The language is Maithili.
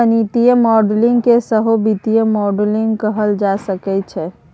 गणितीय मॉडलिंग केँ सहो वित्तीय मॉडलिंग कहल जा सकैत छै